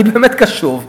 אני באמת קשוב.